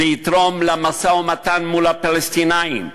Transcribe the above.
זה יתרום למשא-ומתן עם הפלסטינים,